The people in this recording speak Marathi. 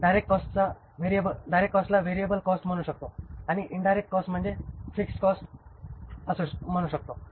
डायरेक्ट कॉस्टला व्हेरिएबल कॉस्ट म्हणू शकतो आणि इन्डायरेक्ट कॉस्ट म्हणजे फिक्स्ड कॉस्ट म्हणू शकतो